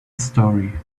story